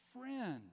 friend